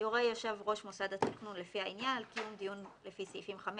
יורה יושב ראש מוסד התכנון לפי העניין על קיום דיון לפי סעיפים 5,